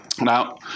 Now